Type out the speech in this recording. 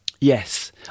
yes